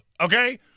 Okay